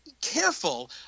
careful